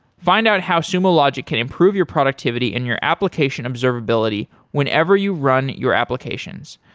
find out how sumo logic can improve your productivity and your application observability whenever you run your applications.